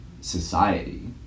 society